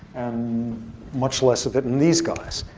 and much less of it in these guys.